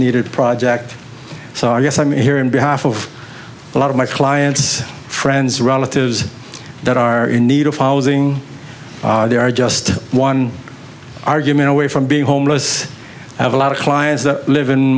needed project so i guess i'm in here in behalf of a lot of my clients friends relatives that are in need of housing they are just one argument away from being homeless i have a lot of clients that live in